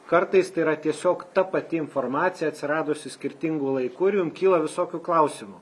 kartais tai yra tiesiog ta pati informacija atsiradusi skirtingu laiku ir jum kyla visokių klausimų